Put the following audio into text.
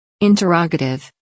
Interrogative